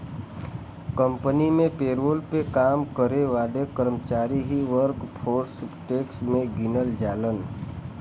company में payroll पे काम करे वाले कर्मचारी ही वर्कफोर्स टैक्स में गिनल जालन